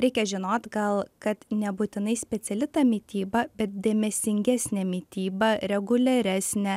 reikia žinot gal kad nebūtinai speciali ta mityba bet dėmesingesnė mityba reguliaresnė